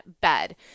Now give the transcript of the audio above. bed